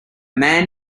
man